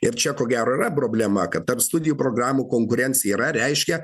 ir čia ko gero yra problema kad tarp studijų programų konkurencija yra reiškia